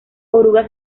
orugas